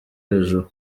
hejuru